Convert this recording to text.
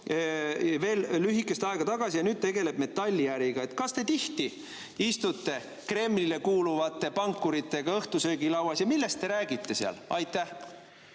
veel lühikest aega tagasi. Ja nüüd ta tegeleb metalliäriga. Kas te tihti istute Kremlile kuuluvate pankade pankuritega õhtusöögilauas ja millest te räägite seal? Aitäh!